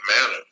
manner